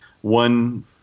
one